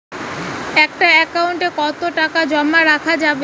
একটা একাউন্ট এ কতো টাকা জমা করা যাবে?